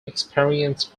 experienced